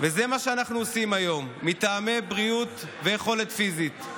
זה מה שאנחנו עושים היום: מטעמי בריאות ויכולת פיזית.